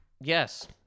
yes